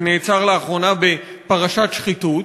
שנעצר לאחרונה בפרשת שחיתות.